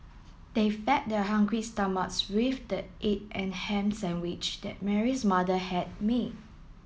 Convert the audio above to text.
they fed their hungry stomachs with the egg and ham sandwich that Mary's mother had made